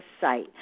site